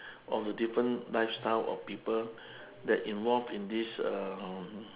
of the different lifestyle of people that involve in this uh um